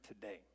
today